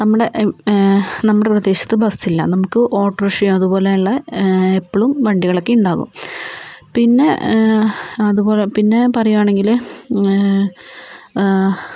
നമ്മുടെ നമ്മുടെ ഇവിടെ പ്രദേശത്തു ബസില്ല നമുക്ക് ഓട്ടോ റിക്ഷ അതുപോലുള്ള എപ്പോഴും വണ്ടികളൊക്കെ ഉണ്ടാകും പിന്നെ ഏ അതുപോലെ പിന്നെ പറയുവാണെങ്കിൽ ഏ